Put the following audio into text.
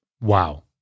Wow